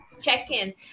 check-in